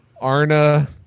Arna